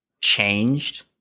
changed